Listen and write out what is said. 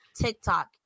TikTok